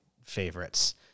favorites